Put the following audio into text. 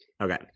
Okay